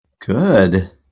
Good